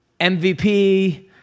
MVP